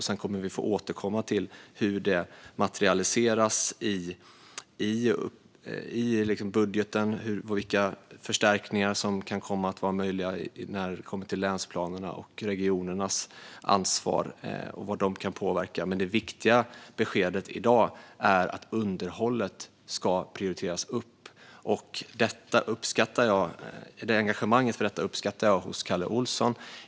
Sedan får vi återkomma till hur det materialiseras i budgeten, vilka förstärkningar som kan komma att vara möjliga när det gäller länsplanerna och regionernas ansvar och vad de kan påverka. Det viktiga beskedet i dag är att underhållet ska prioriteras upp. Jag uppskattar Kalle Olssons engagemang för detta.